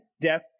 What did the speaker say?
death